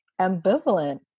Ambivalent